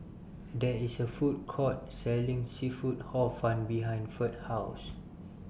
There IS A Food Court Selling Seafood Hor Fun behind Ferd's House